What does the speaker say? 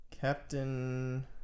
Captain